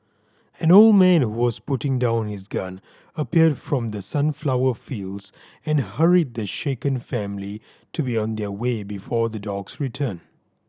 an old man who was putting down his gun appeared from the sunflower fields and hurried the shaken family to be on their way before the dogs return